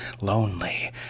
lonely